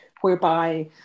whereby